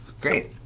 Great